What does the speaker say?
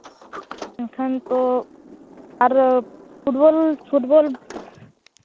ᱢᱮᱱᱠᱷᱟᱱ ᱛᱚ ᱟᱨ ᱯᱷᱩᱴᱵᱚᱞ ᱯᱷᱩᱴᱵᱚᱞ